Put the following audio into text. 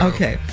Okay